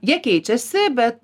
jie keičiasi bet